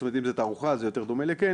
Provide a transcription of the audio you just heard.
זאת אומרת אם זה תערוכה זה יותר דומה לקניון,